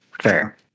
Fair